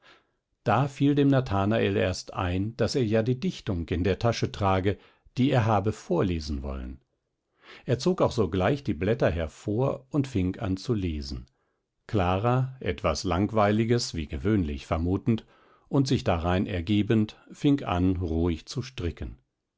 da fiel dem nathanael erst ein daß er ja die dichtung in der tasche trage die er habe vorlesen wollen er zog auch sogleich die blätter hervor und fing an zu lesen clara etwas langweiliges wie gewöhnlich vermutend und sich darein ergebend fing an ruhig zu stricken